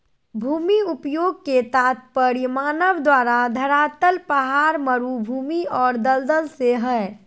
भूमि उपयोग के तात्पर्य मानव द्वारा धरातल पहाड़, मरू भूमि और दलदल से हइ